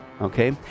okay